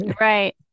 Right